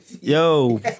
Yo